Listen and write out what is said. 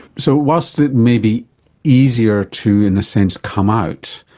so whilst it may be easier to in a sense come out,